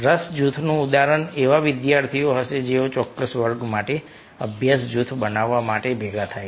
રસ જૂથનું ઉદાહરણ એવા વિદ્યાર્થીઓ હશે જેઓ ચોક્કસ વર્ગ માટે અભ્યાસ જૂથ બનાવવા માટે ભેગા થાય છે